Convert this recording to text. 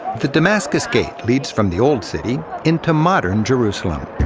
the damascus gate leads from the old city into modern jerusalem.